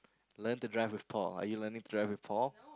learn to drive with Paul are you learning to drive with Paul